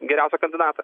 geriausią kandidatą